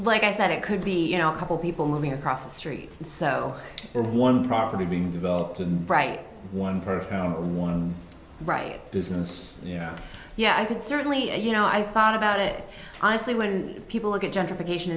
like i said it could be you know a couple people moving across the street and so one property being developed and right one per one right business yeah yeah i could certainly you know i thought about it honestly when people look at gentrification